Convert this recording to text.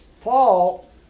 Paul